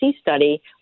study